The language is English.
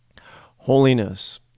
Holiness